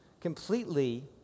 completely